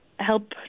help